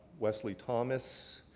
wesley thomas,